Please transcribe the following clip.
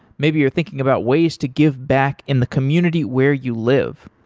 maybe you're thinking about ways to give back in the community where you live.